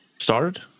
started